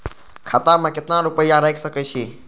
खाता में केतना रूपया रैख सके छी?